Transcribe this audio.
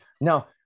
Now